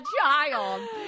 child